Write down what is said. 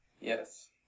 Yes